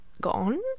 gone